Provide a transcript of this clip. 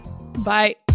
Bye